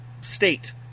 state